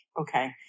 Okay